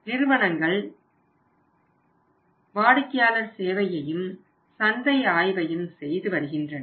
நிறுவனங்கள் வாடிக்கையாளர் சேவையையும் சந்தை ஆய்வையும் செய்து வருகின்றன